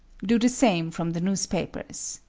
do the same from the newspapers.